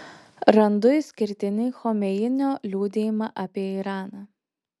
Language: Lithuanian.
randu išskirtinį chomeinio liudijimą apie iraną